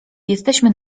jesteśmy